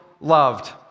loved